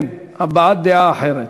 כן, הבעת דעה אחרת.